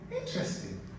interesting